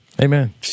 Amen